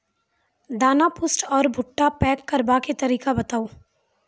दाना पुष्ट आर भूट्टा पैग करबाक तरीका बताऊ?